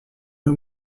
new